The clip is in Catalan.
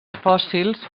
fòssils